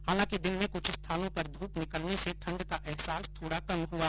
हालांकि दिन में कुछ स्थानों पर धूप निकलने से ठण्ड का एहसास थोडा कम हुआ